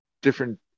different